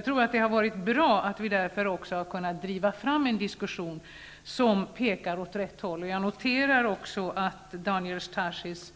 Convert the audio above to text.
Därför har det varit bra att vi har kunnat driva fram en diskussion som pekar åt rätt håll. Jag noterar också att Daniel Tarschys